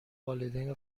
والدین